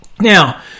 Now